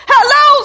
Hello